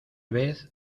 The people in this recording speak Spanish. vez